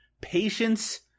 Patience